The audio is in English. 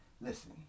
listen